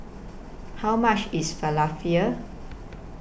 How much IS Falafel